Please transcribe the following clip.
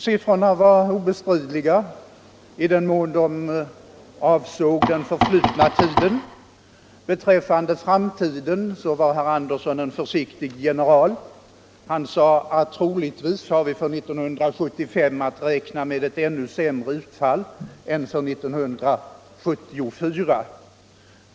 Siffrorna var obestridliga i den mån de avsåg den förflutna tiden. Beträffande framtiden var herr Andersson en försiktig general. Han sade: Troligtvis har vi för 1975 att räkna med ett ännu sämre utfall än för 1974.